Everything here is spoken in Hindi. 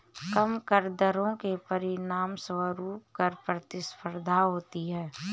कम कर दरों के परिणामस्वरूप कर प्रतिस्पर्धा होती है